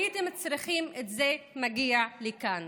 הייתם צריכים שזה יגיע לכאן.